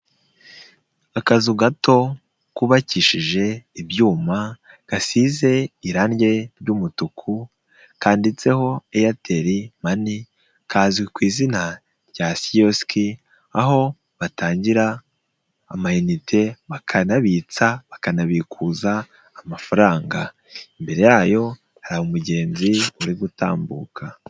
Akazu gato kubakishije ibyuma, gasize irange ry'umutuku, kanditseho Airtel Money, kazwi ku izina rya Sioski aho batangira amainite bakanabitsa, bakanabikuza amafaranga. Imbere yayo hari umugenzi uri gutambuka.